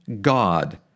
God